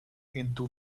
into